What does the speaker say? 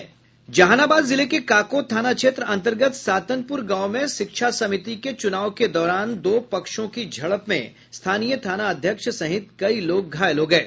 जहानाबाद जिले के काको थाना क्षेत्र अंतर्गत सातनपुर गांव में शिक्षा समिति के चुनाव के दौरान दो पक्षों की झड़प में स्थानीय थाना अध्यक्ष सहित कई लोग घायल हो गये